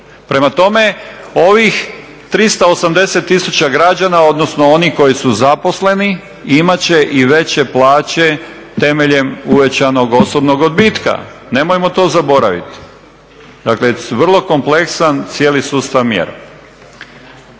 Prema tome, ovih 380 000 građana, odnosno oni koji su zaposleni imat će i veće plaće temeljem uvećanog osobnog odbitka. Nemojmo to zaboraviti, dakle vrlo kompleksan cijeli sustav mjera.